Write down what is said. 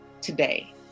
today